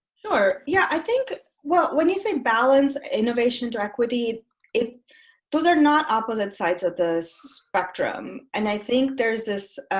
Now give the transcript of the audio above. so yeah i think well when you say balance innovation to equity it those are not opposite sides of this spectrum, and i think there's this.